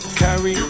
carry